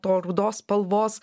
to rudos spalvos